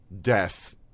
death